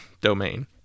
domain